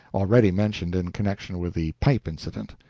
already mentioned in connection with the pipe incident.